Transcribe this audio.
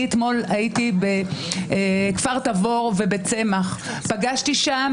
אתמול הייתי בכפר תבור ובצמח, פגשתי שם